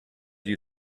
you